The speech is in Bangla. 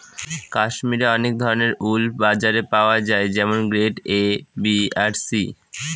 কাশ্মিরে অনেক ধরনের উল বাজারে পাওয়া যায় যেমন গ্রেড এ, বি আর সি